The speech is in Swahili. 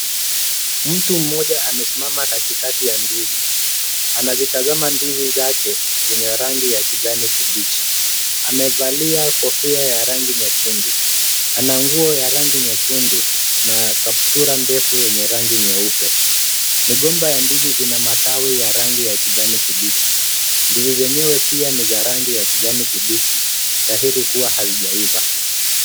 Mtu mmoja amesimama katikati ya ndizi. Anazitazama ndizi zake zenye rangi ya kijani kibichi. Amevalia kofia ya rangi nyekundu. Ana nguo ya rangi nyekundu na kaptura ndefu yenye rangi nyeupe. Migomba ya ndizi ina matawi ya rangi ya kijani kibichi. Ndizi zenyewe pia ni za rangi ya kijani kibichi dhahiri kiwa hazijaiva.